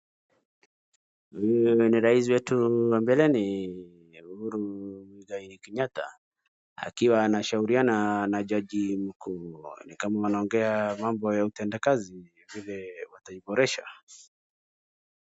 Huyu ni rais wetu wa mbeleni Uhuru Mwegai Kenyatta wakiwa wanashauriana na jaji mkuu ni kama wanaongea mambo ya utendakazi vile wataiboresha.